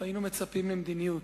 היינו מצפים למדיניות,